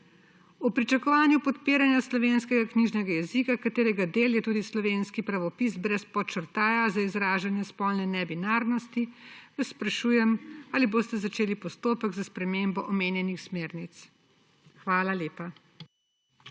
V pričakovanju podpiranja slovenskega knjižnega jezika, katerega del je tudi slovenski pravopis brez podčrtaja za izražanje spolne nebinarnosti, vas sprašujem: Ali boste začeli postopek za spremembo omenjenih Smernic? Hvala lepa.